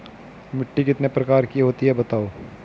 मिट्टी कितने प्रकार की होती हैं बताओ?